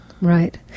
right